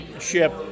ship